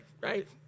right